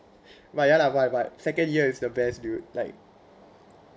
but ya lah why why second year is the best dude like